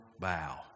bow